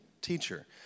teacher